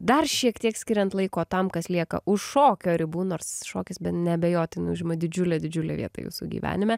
dar šiek tiek skiriant laiko tam kas lieka už šokio ribų nors šokis neabejotinai užima didžiulę didžiulę vietą jūsų gyvenime